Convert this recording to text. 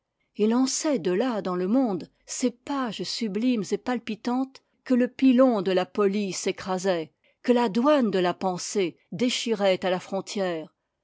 et lançait de là dans le monde ces pages sublimes et palpitantes que le pilon de la police écrasait que la douane de la pensée déchirait à la frontière